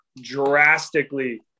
drastically